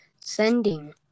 sending